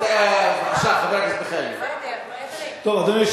לא חשוב איזו ועדה, אורלי.